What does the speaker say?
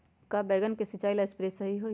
का बैगन के सिचाई ला सप्रे सही होई?